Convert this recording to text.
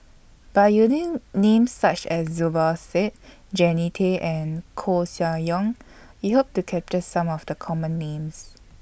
By using Names such as Zubir Said Jannie Tay and Koeh Sia Yong We Hope to capture Some of The Common Names